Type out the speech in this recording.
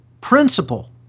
principle